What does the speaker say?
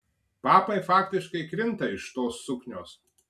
papai faktiškai krinta iš tos suknios